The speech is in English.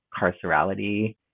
carcerality